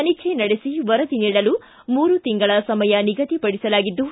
ತನಿಖೆ ನಡೆಸಿ ವರದಿ ನೀಡಲು ಮೂರು ತಿಂಗಳ ಸಮಯ ನಿಗದಿಪಡಿಸಲಾಗಿದ್ದು